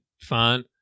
fine